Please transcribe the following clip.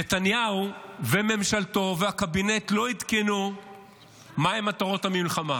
נתניהו וממשלתו והקבינט לא עדכנו מהן מטרות המלחמה.